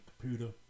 computer